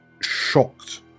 shocked